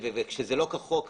וכשזה לא כחוק,